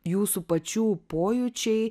jūsų pačių pojūčiai